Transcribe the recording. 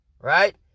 right